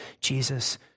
Jesus